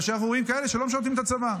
ואנחנו רואים כאלה שלא משרתים בצבא,